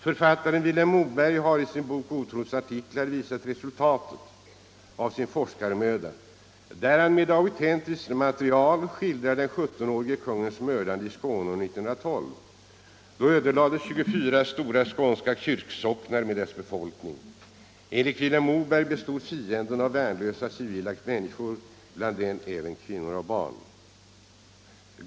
Författaren Vilhelm Moberg har i sin bok Otrons artiklar visat resultatet av sin forskarmöda när han med autentiskt material skildrar den 17-årige kungens mördande i Skåne år 1612. Då ödelades 24 stora skånska kyrksocknar med dess befolkning. Enligt Vilhelm Moberg bestod fienden av ”värnlösa civila människor, bland dem även kvinnor och barn”.